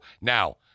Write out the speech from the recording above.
Now